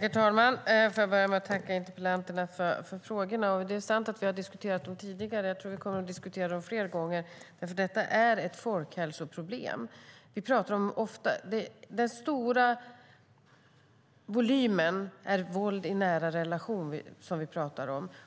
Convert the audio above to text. Herr talman! Jag vill börja med att tacka interpellanterna för deras frågor. Det är sant att vi har diskuterat dem tidigare, och vi kommer att diskutera dem fler gånger. Detta är ett folkhälsoproblem. Den stora volymen är våld i nära relationer,